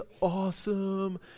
awesome